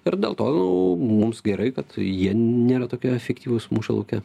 ir dėl to mums gerai kad jie nėra tokie efektyvūs mūšio lauke